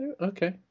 Okay